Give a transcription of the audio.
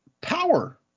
power